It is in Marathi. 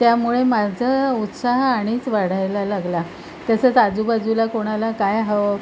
त्यामुळे माझं उत्साह आणिच वाढायला लागला तसंच आजूबाजूला कोणाला काय हवं